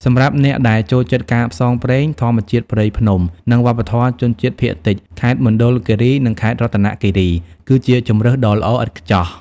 សម្រាប់អ្នកដែលចូលចិត្តការផ្សងព្រេង ធម្មជាតិព្រៃភ្នំ និងវប្បធម៌ជនជាតិភាគតិច ខេត្តមណ្ឌលគិរី និងខេត្តរតនគិរី គឺជាជម្រើសដ៏ល្អឥតខ្ចោះ។